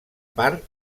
part